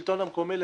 הרשות המקומית.